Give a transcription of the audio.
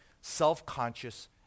self-conscious